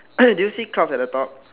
do you see clouds at the top